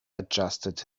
adjusted